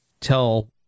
tell